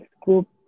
group